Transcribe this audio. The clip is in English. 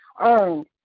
earned